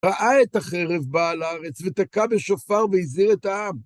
ראה את החרב בעל הארץ, ותקע בשופר והזהיר את העם.